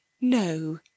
No